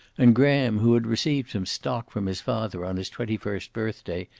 and graham, who had received some stock from his father on his twenty-first birthday,